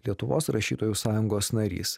lietuvos rašytojų sąjungos narys